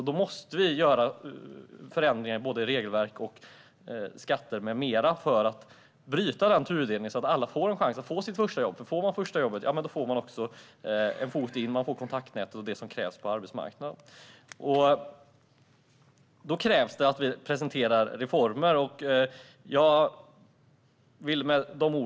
Därför måste vi göra förändringar i regelverk, skatter med mera för att bryta tudelningen, så att alla får en chans att få sitt första jobb. Får man sitt första jobb får man nämligen in en fot, och man får det kontaktnät som krävs på arbetsmarknaden. Det krävs därför att vi presenterar reformer.